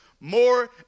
more